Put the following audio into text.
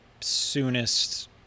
soonest